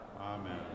Amen